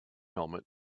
helmet